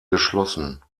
geschlossen